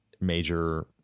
major